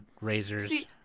razors